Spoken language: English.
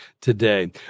today